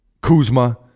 Kuzma